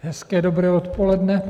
Hezké dobré odpoledne.